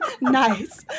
Nice